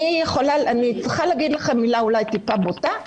אגיד מילה אולי בוטה,